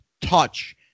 touch